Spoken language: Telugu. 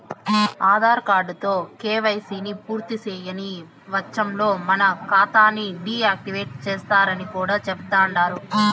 ఆదార్ కార్డుతో కేవైసీని పూర్తిసేయని వచ్చంలో మన కాతాని డీ యాక్టివేటు సేస్తరని కూడా చెబుతండారు